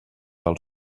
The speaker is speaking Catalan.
del